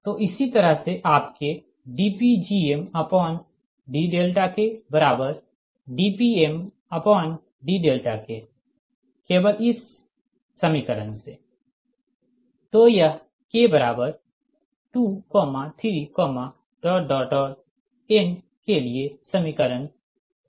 तो इसी तरह से आपके dPgmdKdPmdK केवल इस समीकरण से तो यह k23n के लिए समीकरण 74 है